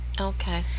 okay